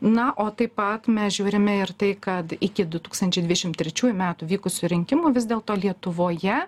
na o taip pat mes žiūrime ir tai kad iki du tūkstančiai dvidešim trečiųjų metų vykusių rinkimų vis dėlto lietuvoje